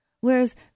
Whereas